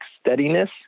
steadiness